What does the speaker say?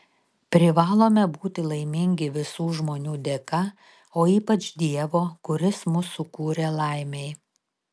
privalome būti laimingi visų žmonių dėka o ypač dievo kuris mus sukūrė laimei